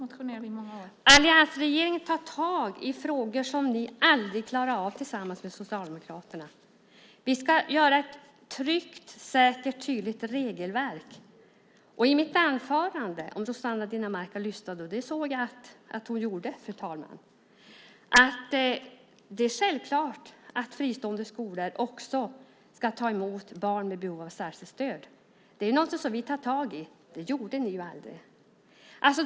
Alliansregeringen tar tag i frågor som ni aldrig klarade av tillsammans med Socialdemokraterna. Vi ska göra ett tryggt, säkert och tydligt regelverk. I mitt anförande, om Rossana Dinamarca lyssnade - det tror jag att hon gjorde - sade jag att det är självklart att fristående skolor också ska ta emot barn med behov av särskilt stöd. Det är någonting som vi tar tag i. Det gjorde ni aldrig.